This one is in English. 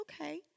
okay